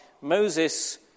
Moses